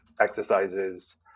exercises